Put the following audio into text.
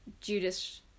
Judas